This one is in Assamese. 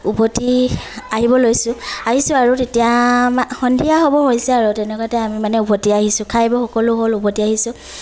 ওভতি আহিব লৈছো আহিছো আৰু তেতিয়া সন্ধিয়া হ'বৰ হৈছে আৰু তেনেকুৱাতে আমি মানে ওভতি আহিছো খাই বৈ সকলো হ'ল ওভতি আহিছো